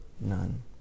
None